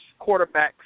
quarterbacks